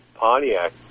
Pontiac